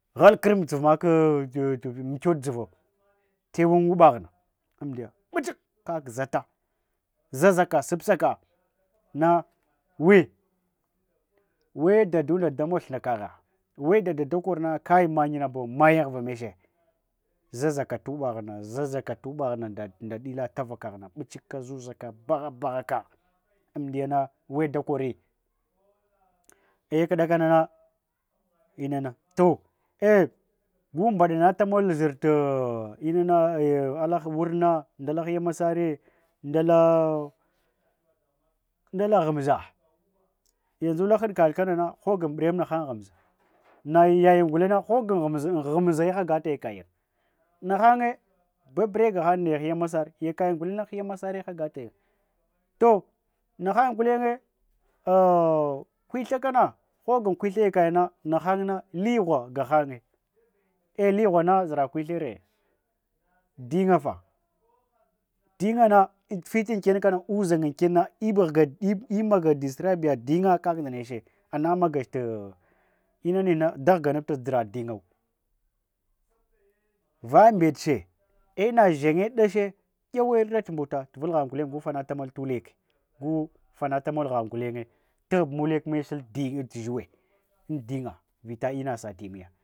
Hal krm dzu maka mikyoɗ dzva tenlan uɓaghana amdiya mɓichika kak zata zazaka sabsaka nawi we dadunda da mog thn nda kagha, we dadunda da korna mannyana bo maya anghava meche zazaka ta uɓa ghna zazaka ta uɓa ghna nda ɗila tavak. Kaghna mbichik zuzaka bagha baghaka amdiyana we dakori, e kaɗa kanana inana to-e gumɓaɗata mol zhir ala wurna, ndala ala hiya mansare ndala ghamza, ya ndzu alan haɗkal kanana hoggan mburem nahan ghamba, nayin gulen hoggan ghamza nayin ghamza ye hogg yakayin nahanye babe gahan nda hiya masare yakayin gulen hiya masare hogatayin, to nahan gulenye, o kwitha kana hogan kwitha yakayina, nahanna ligha gahan nye e lighana zhira kulchethere, dinnya fa, dinnyana tafitan ken kana uzhannya anken haga maga discrabiya dinnya kaka nda neche hadamagana tuwo da ghganabtabuchi ta zhira dinnyaulu. baya ɓetche ena zhen nyeɗɗache yawara tamɓuta tavl ghen gulen gu fanata mol ta ulek gu fanata mol ghan gulenya taghbt mulek meche zhuwe an dinnya vita ina satimiya